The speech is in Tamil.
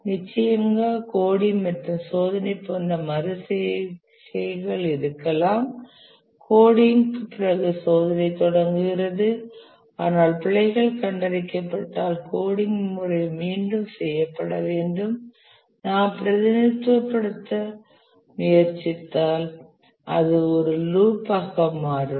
நிச்சயமாக கோடிங் மற்றும் சோதனை போன்ற மறு செய்கைகள் இருக்கலாம் கோடிங்க்கு பிறகு சோதனை தொடங்குகிறது ஆனால் பிழைகள் கண்டறியப்பட்டால் கோடிங் முறை மீண்டும் செய்யப்பட வேண்டும் நாம் பிரதிநிதித்துவப்படுத்த முயற்சித்தால் அது ஒரு லூப் ஆக மாறும்